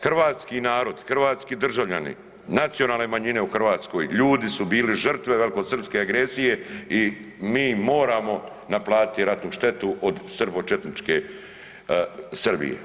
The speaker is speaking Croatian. Hrvatski narod, hrvatski državljani, nacionalne manjine u Hrvatskoj, ljudi su bili žrtve velikosrpske agresije i mi moramo naplatiti ratnu štetu od srbočetničke Srbije.